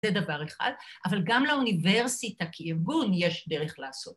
‫זה דבר אחד, אבל גם לאוניברסיטה ‫כארגון יש דרך לעשות.